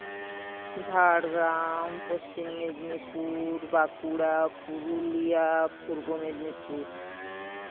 Jhargram Paschim Medinipur Bankura Purulia Purba Medinipur